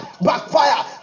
backfire